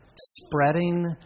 spreading